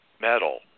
metal